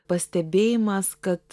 pastebėjimas kad